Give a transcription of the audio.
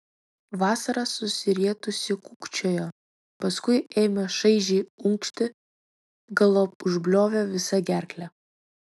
vasara susirietusi kūkčiojo paskui ėmė šaižiai unkšti galop užbliovė visa gerkle